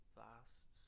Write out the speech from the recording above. vast